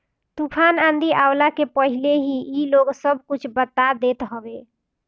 तूफ़ान आंधी आवला के पहिले ही इ लोग सब कुछ बता देत हवे